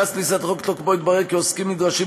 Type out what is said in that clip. מאז כניסת החוק לתוקפו התברר כי עוסקים נדרשים